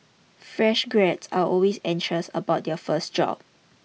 fresh graduates are always anxious about their first job